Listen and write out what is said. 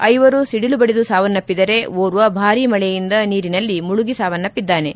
ಐವರು ಸಿಡಿಲು ಬಡಿದು ಸಾವನ್ನಪ್ಪಿದರೆ ಓರ್ವ ಭಾರಿ ಮಳೆಯಿಂದ ನೀರಿನಲ್ಲಿ ಮಳುಗಿ ಸಾವನ್ನಪ್ಪಿದ್ದಾನೆ